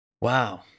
wow